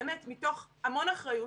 באמת מתוך המון אחריות,